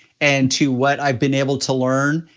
and to what i've been able to learn,